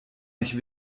nicht